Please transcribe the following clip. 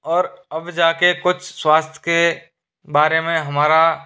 और अब जाके कुछ स्वास्थ्य के बारे में हमारा